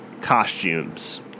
costumes